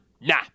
Nah